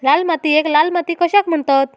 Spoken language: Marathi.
लाल मातीयेक लाल माती कशाक म्हणतत?